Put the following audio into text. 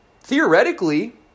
theoretically